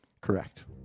Correct